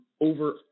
over